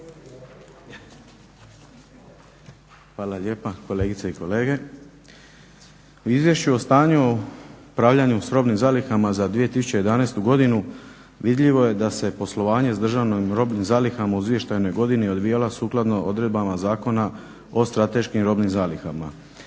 Hvala lijepa kolegice i kolege. U izvješću o stanju i upravljanju s robnim zalihama za 2011. godinu vidljivo je da se poslovanje s državnim i robnim zalihama u izvještajno godini dovijalo sukladno odredbama Zakona o strateškim robnim zalihama.